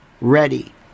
ready